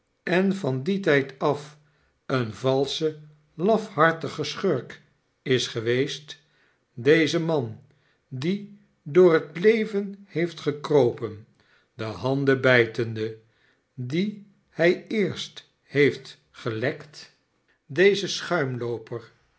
en van dien tijd af een valsche lafhartige schurk is geweest deze man die door het leven heeft gekropen de handen bijtende die hij eerst had gelekt deze